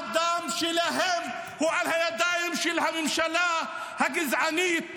הדם שלהם הוא על הידיים של הממשלה הגזענית,